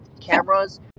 cameras